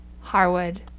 Harwood